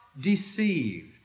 deceived